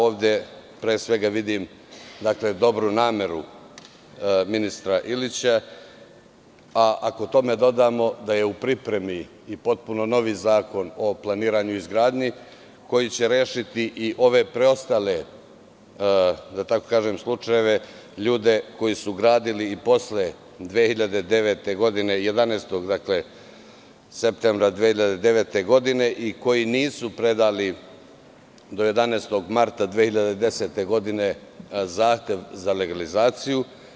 Ovde pre svega vidim dobru nameru ministra Ilića, a ako tome dodamo da je u pripremi i potpuno novi Zakon o planiranju izgradnji koji će rešiti i ove preostale, da tako kažem, slučajeve, ljude koji su gradili i posle 11. septembra 2009. godine i koji nisu predali do 11. marta 2010. godine zahtev za legalizaciju.